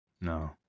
No